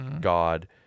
God